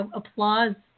applause